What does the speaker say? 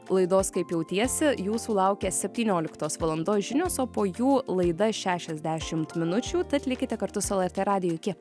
laidos kaip jautiesi jūsų laukia septynioliktos valandos žinios o po jų laida šešiasdešimt minučių tad likite kartu su lrt radiju iki